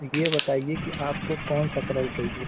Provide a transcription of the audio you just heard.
यह बताइए कि आपको कौन सा कलर चहिए